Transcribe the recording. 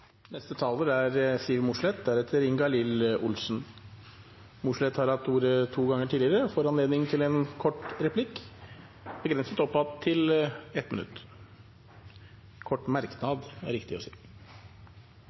Siv Mossleth har hatt ordet to ganger tidligere og får ordet til en kort merknad, begrenset til 1 minutt.